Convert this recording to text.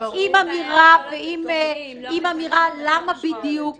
עם אמירה למה בדיוק